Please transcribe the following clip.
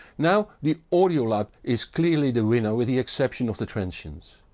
now the audiolab is clearly the winner, with the exception of the transients.